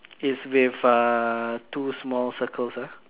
is with uh two small circles ah